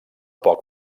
poc